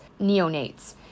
neonates